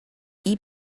eat